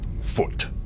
Foot